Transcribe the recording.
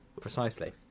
Precisely